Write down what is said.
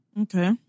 Okay